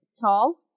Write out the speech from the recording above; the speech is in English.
tall